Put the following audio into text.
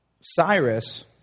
Cyrus